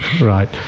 Right